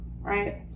right